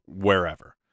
wherever